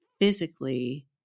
physically